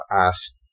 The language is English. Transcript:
asked